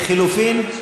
לחלופין?